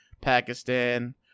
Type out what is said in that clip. Pakistan